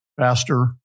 faster